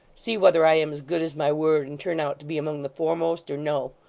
see whether i am as good as my word and turn out to be among the foremost, or no.